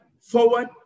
forward